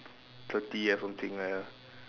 thirty or something like that ah